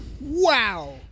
wow